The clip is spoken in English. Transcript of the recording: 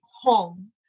home